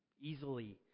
easily